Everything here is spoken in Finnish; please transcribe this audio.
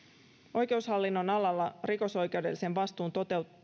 oikeushallinnon alalla rikosoikeudellisen vastuun